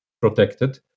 protected